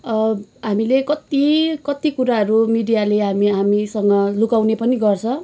हामीले कति कति कुराहरू मिडियाले हामी हामीसँग लुकाउने पनि गर्छ